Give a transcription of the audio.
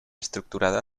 estructurada